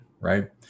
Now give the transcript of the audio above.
right